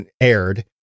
aired